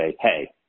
hey